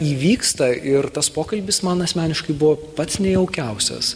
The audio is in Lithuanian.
įvyksta ir tas pokalbis man asmeniškai buvo pats nejaukiausias